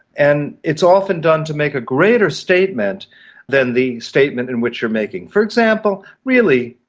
and it's often done to make a greater statement than the statement in which you're making. for example, really,